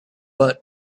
but